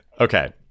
okay